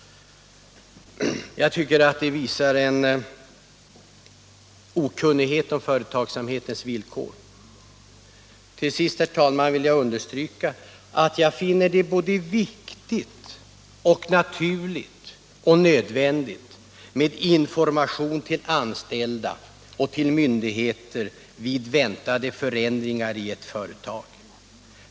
Jag tycker att de visar okunnighet om företagsamhetens villkor. Till sist, herr talman, vill jag understryka att jag finner det både viktigt, naturligt och nödvändigt med information till anställda och till myndigheter vid väntade förändringar i ett företag.